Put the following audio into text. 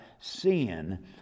sin